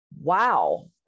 Wow